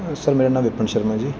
sir ਮੇਰਾ ਨਾਮ ਵਿਪਨ ਸ਼ਰਮਾ ਜੀ